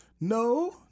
No